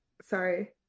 sorry